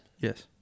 Yes